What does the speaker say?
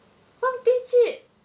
放地契